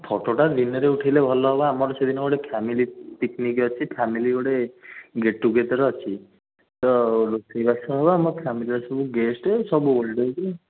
ଫଟୋଟା ଦିନରେ ଉଠାଇଲେ ଭଲ ହେବ ଆମର ସେଦିନ ଗୋଟେ ଫ୍ୟାମିଲି ପିକ୍ନିକ୍ ଅଛି ଫ୍ୟାମିଲି ଗୋଟେ ଗେଟ୍ ଟୁ ଗେଦର୍ ଅଛି ତ ରୋଷେଇ ବାସ ହେବ ଆମ ଫ୍ୟାମିଲିର ସବୁ ଗେଷ୍ଟ୍ ସବୁ ଓଲ୍ଡ ଏଜ୍